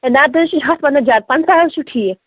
ہے نا تُہۍ حظ چھِو ہَتھ وَنان زیادٕ پنٛژاہ حظ چھُ ٹھیٖکھ